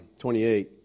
28